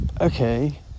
Okay